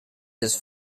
his